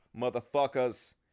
motherfuckers